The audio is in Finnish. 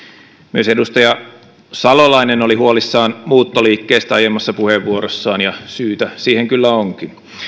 myös edustaja salolainen oli huolissaan muuttoliikkeestä aiemmassa puheenvuorossaan ja syytä siihen kyllä onkin